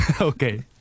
okay